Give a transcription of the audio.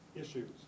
issues